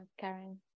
Karen